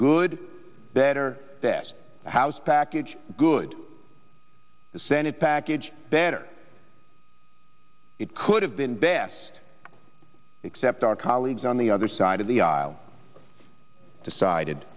good better that the house package good the senate package better it could have been best except our colleagues on the other side of the